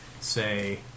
say